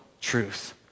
truth